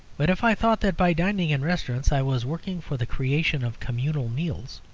but if i thought that by dining in restaurants i was working for the creation of communal meals,